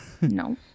no